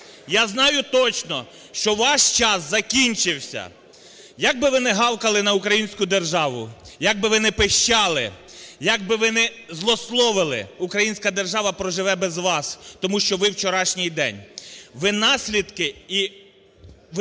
Я знаю точно, що ваш час закінчився. Як би ви не гавкали на українську державу, як би ви не пищали, як би ви не злословили, українська держава проживе без вас, тому що ви – вчорашній день.